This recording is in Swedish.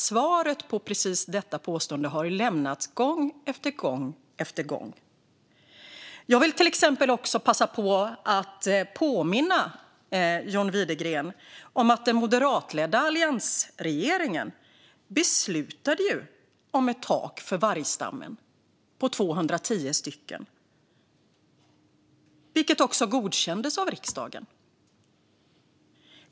Svaret på detta påstående har lämnats gång efter gång. Jag vill till exempel också passa på att påminna John Widegren om att den moderatledda alliansregeringen beslutade om ett tak för vargstammen på 210 vargar, vilket också godkändes av riksdagen.